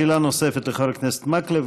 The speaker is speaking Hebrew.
שאלה נוספת לחבר הכנסת מקלב.